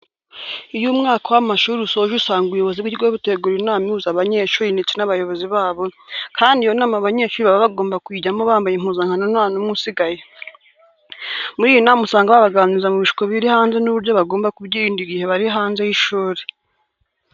Iyo umwaka w'amashuri usoje usanga ubuyobozi bw'ikigo butegura inama ihuza abanyeshuri ndetse n'abayobozi babo, kandi iyo nama abanyeshuri baba bagomba kuyijyamo bambaye impuzankano nta numwe usigaye. Muri iyi nama usanga babaganiriza ku bishuko biri hanze n'uburyo bagomba kubyirinda igihe bari hanze y'ishuri.